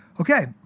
Okay